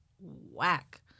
whack